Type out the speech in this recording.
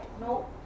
no